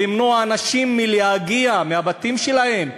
למנוע מאנשים להגיע מהבתים שלהם,